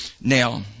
Now